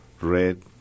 red